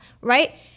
right